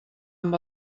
amb